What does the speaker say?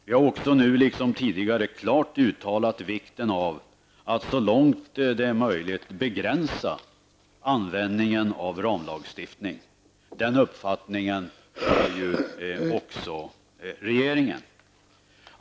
Vi har också nu liksom tidigare klart uttalat vikten av att så långt det är möjligt begränsa användningen av ramlagstiftning. Den uppfattningen har också regeringen.